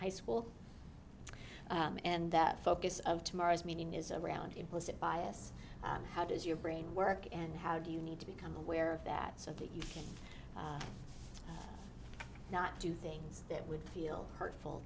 high school and that focus of tomorrow's meeting is around implicit bias how does your brain work and how do you need to become aware of that so that you not do things that would feel hurtful